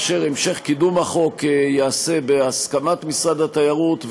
והמשך קידום החוק ייעשה בהסכמת משרד התיירות.